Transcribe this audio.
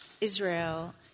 Israel